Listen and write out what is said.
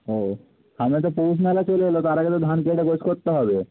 ও সামনে তো পৌষ মেলা চলে এল তার আগে তো ধান কেটে গোছ করতে হবে